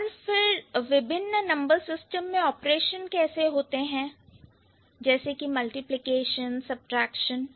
और फिर विभिन्न नंबर सिस्टम्स में ऑपरेशन कैसे होते हैं जैसे कि मल्टीप्लिकेशन सबट्रैक्शन